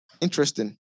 interesting